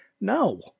No